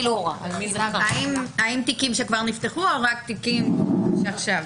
האם תיקים שכבר נפתחו, או רק תיקים שעכשיו?